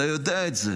אתה יודע את זה.